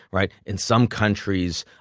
right. in some countries,